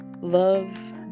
love